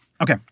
Okay